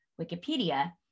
Wikipedia